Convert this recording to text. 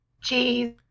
cheese